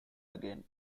again